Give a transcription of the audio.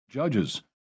Judges